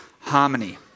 harmony